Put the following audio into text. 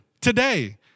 today